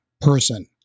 person